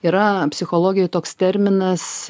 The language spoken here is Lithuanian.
yra psichologijoj toks terminas